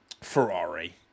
Ferrari